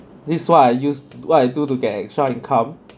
this what I used what I do to get extra income